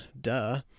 Duh